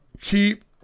keep